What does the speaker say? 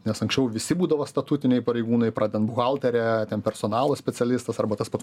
nes anksčiau visi būdavo statutiniai pareigūnai pradedant buhaltere ten personalo specialistas arba tas pats